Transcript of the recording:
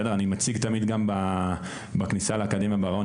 אני מציג תמיד גם בכניסה לאקדמיה בראיון